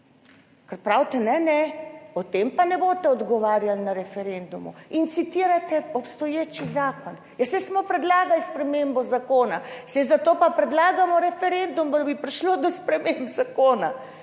ker pravite, ne, ne, o tem pa ne boste odgovarjali na referendumu in citirate obstoječi zakon. Ja, saj smo predlagali spremembo zakona, saj zato pa predlagamo referendum, da bi prišlo do sprememb zakona.